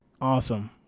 awesome